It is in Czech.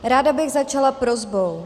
Ráda bych začala prosbou.